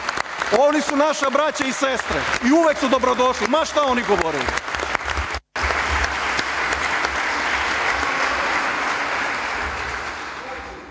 oni su naša braća i sestre i uvek su dobrodošli, ma šta oni govorili.